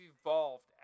evolved